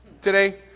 today